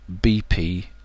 BP